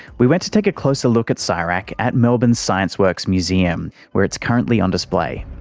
we went to take a closer look at csirac at melbourne's scienceworks museum where it's currently on display.